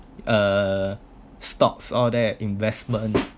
uh stocks all that investment